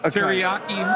Teriyaki